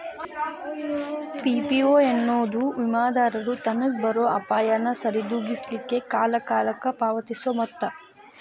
PPO ಎನ್ನೊದು ವಿಮಾದಾರರು ತನಗ್ ಬರೊ ಅಪಾಯಾನ ಸರಿದೋಗಿಸ್ಲಿಕ್ಕೆ ಕಾಲಕಾಲಕ್ಕ ಪಾವತಿಸೊ ಮೊತ್ತ